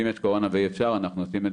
ואם יש קורונה ואי אפשר אנחנו עושים את